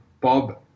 Bob